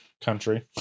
country